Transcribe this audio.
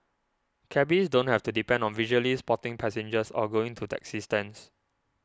cabbies don't have to depend on visually spotting passengers or going to taxi stands